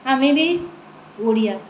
ଆମେ ବି ଓଡ଼ିଆ